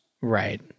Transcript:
Right